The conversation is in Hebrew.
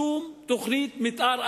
שום תוכנית מיתאר,